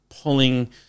pulling